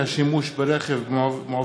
התנהלות נמל אשדוד גורמת לעלייה ביוקר המחיה,